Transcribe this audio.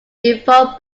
involve